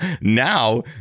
Now